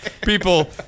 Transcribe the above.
people